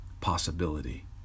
possibility